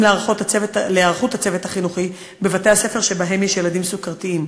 להיערכות הצוות החינוכי בבתי-ספר שבהם יש ילדים סוכרתיים.